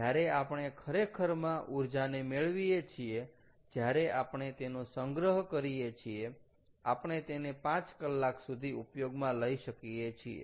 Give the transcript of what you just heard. જ્યારે આપણે ખરેખરમાં ઊર્જાને મેળવીએ છીએ જ્યારે આપણે તેનો સંગ્રહ કરીએ છીએ આપણે તેને પાંચ કલાક સુધી ઉપયોગમાં લઈ શકીએ છીએ